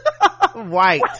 white